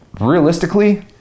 realistically